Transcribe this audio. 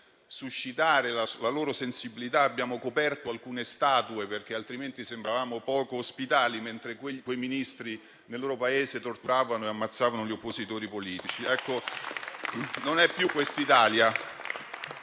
suscitare la loro sensibilità, abbiamo coperto alcune statue, onde evitare di sembrare poco ospitali, mentre quei Ministri nel loro Paese torturavano e ammazzavano gli oppositori politici. Ecco, non è più quest'Italia.